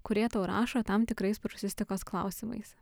kurie tau rašo tam tikrais prūsistikos klausimais